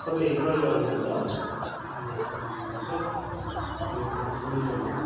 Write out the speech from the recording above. तपाईँ कहिले आउनुहुन्छ मलाई भनिदिनु होस् हो तपाईँ भन्नुहोस् न डिजाइनहरू